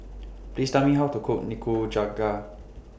Please Tell Me How to Cook Nikujaga